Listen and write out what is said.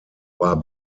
war